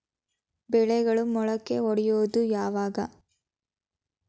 ಬೆಳೆಗಳು ಮೊಳಕೆ ಒಡಿಯೋದ್ ಯಾವಾಗ್?